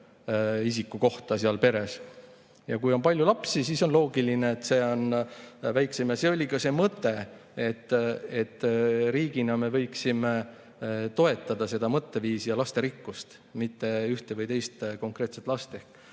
Ja kui on palju lapsi, siis on loogiline, et see [summa on lapse kohta] väiksem. See oli ka see mõte, et riigina me võiksime toetada seda mõtteviisi ja lasterikkust, mitte ühte või teist konkreetset last.